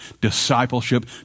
discipleship